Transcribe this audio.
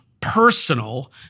personal